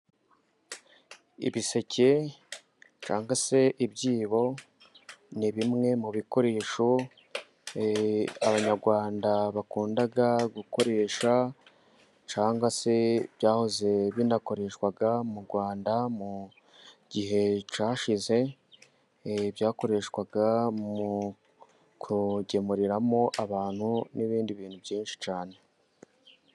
Ibiseke cyangwa se ibyibo, ni bimwe mu bikoresho, abanyarwanda bakunda gukoresha cyangwa se byahoze binakoreshwa mu Rwanda, mu gihe cyashize byakoreshwaga mu kugemuriramo abantu n'ibindi bintu byinshi cyane.